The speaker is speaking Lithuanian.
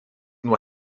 nuo